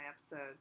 episodes